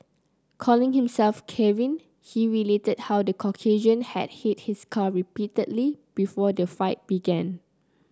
calling himself Kevin he related how the Caucasian had hit his car repeatedly before the fight began